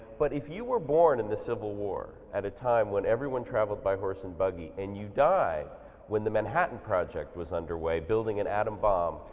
but if you were born in the civil war at a time when everyone traveled by horse and buggie and you died when the manhattan project was underway building an atom bomb,